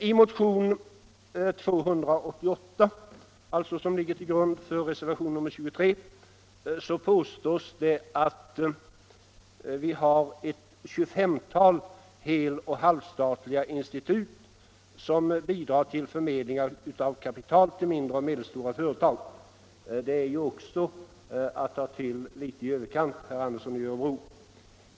I motionen 288, som alltså ligger till grund för reservationen 23, påstås att vi har ett 25-tal hel och halvstatliga institut som bidrar till förmedling av kapital till mindre och medelstora företag. Det är också att ta till litet i överkant, herr Andersson i Örebro.